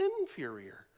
inferior